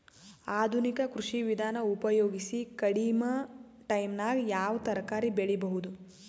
ಆಧುನಿಕ ಕೃಷಿ ವಿಧಾನ ಉಪಯೋಗಿಸಿ ಕಡಿಮ ಟೈಮನಾಗ ಯಾವ ತರಕಾರಿ ಬೆಳಿಬಹುದು?